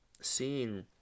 seeing